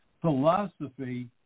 philosophy